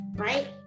right